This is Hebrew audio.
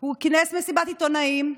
הוא כינס מסיבת עיתונאים,